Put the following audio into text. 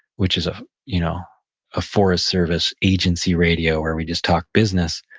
which is a you know ah forest service agency radio where we just talk business,